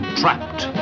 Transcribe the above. trapped